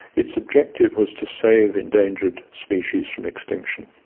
its objective was to save endangered species from extinction,